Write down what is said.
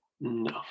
No